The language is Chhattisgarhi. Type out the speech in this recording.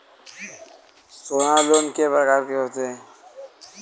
सोना लोन के प्रकार के होथे?